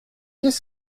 qu’est